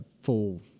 full